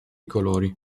colori